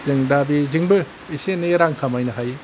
जों दा बेजोंबो एसे एनै रां खामायनो हायो